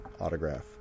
autograph